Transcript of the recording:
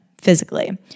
physically